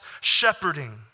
shepherding